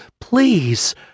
please